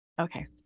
Okay